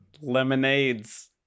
lemonades